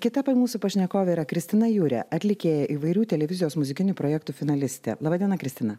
kita pa mūsų pašnekovė yra kristina jurė atlikėja įvairių televizijos muzikinių projektų finalistė laba diena kristina